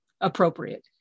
appropriate